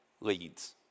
leads